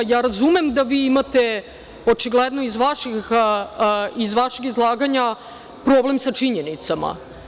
Ja razumem da vi imate, očigledno, iz vašeg izlaganja problem sa činjenicama.